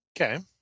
okay